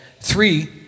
three